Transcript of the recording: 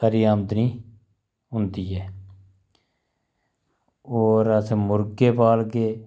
खरी औंदनी होंदी ऐ होर अस मुर्गे पालगे